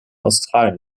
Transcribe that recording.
australien